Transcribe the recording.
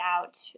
out